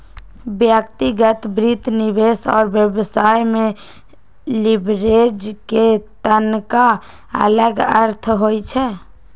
व्यक्तिगत वित्त, निवेश और व्यवसाय में लिवरेज के तनका अलग अर्थ होइ छइ